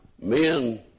Men